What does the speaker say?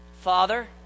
father